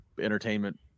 entertainment –